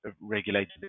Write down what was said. regulated